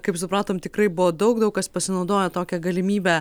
kaip supratom tikrai buvo daug daug kas pasinaudojo tokia galimybe